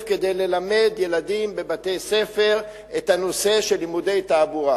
כדי ללמד ילדים בבתי-ספר את הנושא של לימודי תעבורה.